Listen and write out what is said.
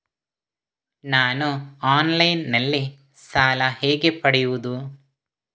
ನಾನು ಆನ್ಲೈನ್ನಲ್ಲಿ ಸಾಲ ಹೇಗೆ ಪಡೆಯುವುದು?